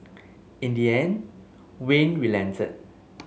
in the end Wayne relented